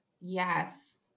yes